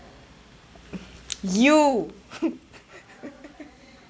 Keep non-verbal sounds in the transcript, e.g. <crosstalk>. you <laughs>